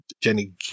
Jenny